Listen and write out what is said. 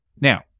Now